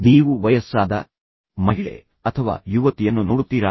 ನೀವು ವಯಸ್ಸಾದ ಮಹಿಳೆ ಅಥವಾ ಯುವತಿಯನ್ನು ನೋಡುತ್ತೀರಾ